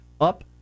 up